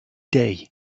day